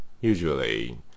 Usually